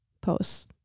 posts